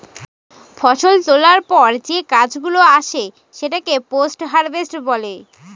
ফষল তোলার পর যে কাজ গুলো আসে সেটাকে পোস্ট হারভেস্ট বলে